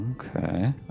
Okay